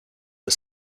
the